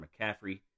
McCaffrey